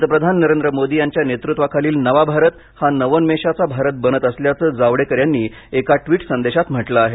पंतप्रधान नरेंद्र मोदी यांच्या नेतृत्वाखालील नवा भारत हा नवोन्मेषाचा भारत बनत असल्याचं जावडेकर यांनी एका ट्विट संदेशात म्हटलं आहे